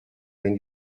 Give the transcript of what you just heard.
when